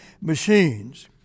machines